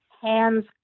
hands